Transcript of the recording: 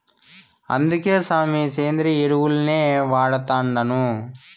అందుకే సామీ, సేంద్రియ ఎరువుల్నే వాడతండాను